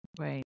Right